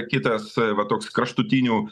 kitas va toks kraštutinių